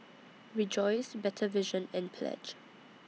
Rejoice Better Vision and Pledge